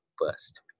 first